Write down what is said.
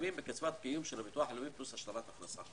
שמתקיימים מקצבת קיום של הביטוח הלאומי פלוס השלמת הכנסה.